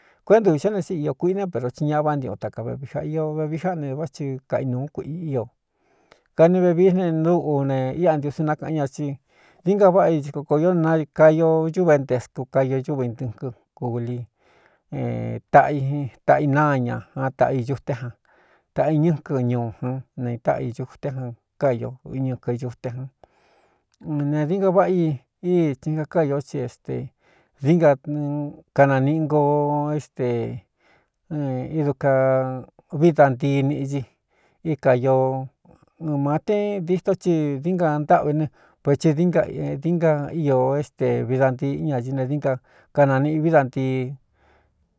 Kuéꞌntū ī sá ne síꞌi io kuiꞌine pero tsi ñaꞌ váꞌa ntiuꞌun taka vevi ja io vevi jáꞌni vá ti kainūú kuīꞌi io kani vevi ne núꞌu ne ia ntiusin nákaꞌan ña tsi dií nga váꞌa i tí kokoo īó na kaio ñúv éntésku kaio ñúvintɨkɨn kūli taꞌ i taꞌa i naa ña a taꞌa iyuté jan taꞌa in ñɨ́kɨ ñuu ján neītáꞌa i ñuté jan káio u iñɨkɨ ñute jan n ne diínka váꞌa i íi ti n kaká īo csi éstē diínka kananiꞌi ngo éste iduka vií dantii niꞌi di í kaīo ɨn mātén dîtó tsi dinka ntâꞌvi ne vetsi dií na diínka io éste vií dantii ña di ne dinka kananiꞌi vií dantii.